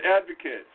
advocates